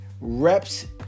reps